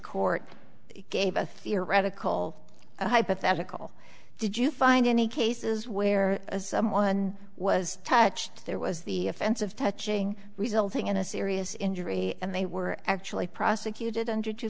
court gave a theoretical hypothetical did you find any cases where someone was touched there was the offense of touching resulting in a serious injury and they were actually prosecuted under two